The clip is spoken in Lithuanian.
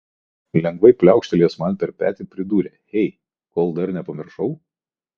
lengvai pliaukštelėjęs man per petį pridūrė hey kol dar nepamiršau